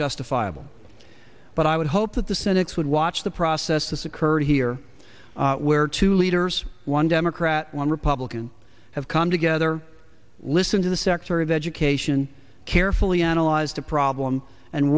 justifiable but i would hope that the cynics would watch the process this occurred here where two leaders one democrat one republican have come together listen to the secretary of education carefully analyze the problem and